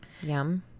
Yum